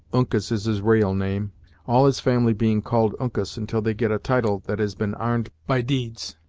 uncas is his ra'al name all his family being called uncas until they get a title that has been arned by deeds.